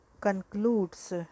concludes